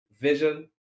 vision